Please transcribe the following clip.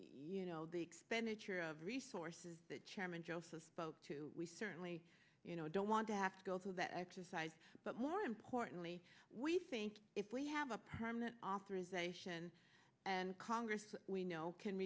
you know the expenditure of resources that chairman joseph spoke to we certainly don't want to have to go through that exercise but more importantly we think if we have a permanent authorization and congress we know can